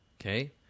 okay